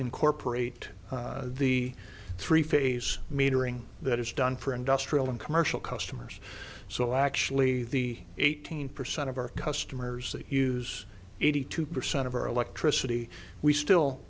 incorporate the three phase metering that is done for industrial and commercial customers so actually the eighteen percent of our customers that use eighty two percent of our electricity we still